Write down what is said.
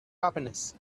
happiness